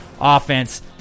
offense